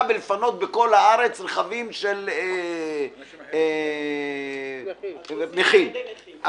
בכל הארץ בפינוי של רכבים שמפריעים לנכים,